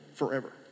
forever